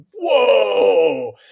Whoa